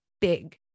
big